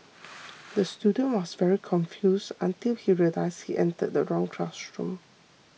the student was very confused until he realised he entered the wrong classroom